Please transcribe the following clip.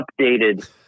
updated